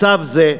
מצב זה,